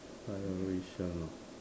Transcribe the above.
I a rational